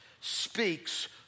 speaks